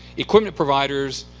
equipment providers,